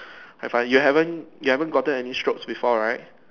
have I you haven't you haven't gotten any strokes before right